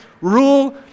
Rule